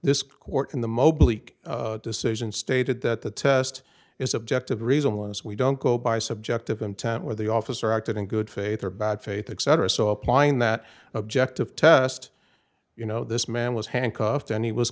this court in the mobley decision stated that the test is objective the reason was we don't go by subjective intent where the officer acted in good faith or bad faith etc so applying that objective test you know this man was handcuffed and he was